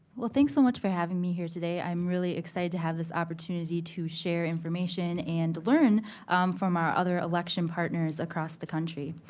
well, thanks so much for having me here today. i'm excited to have this opportunity to share information and learn from our other election partners across the country.